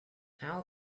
how